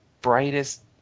Brightest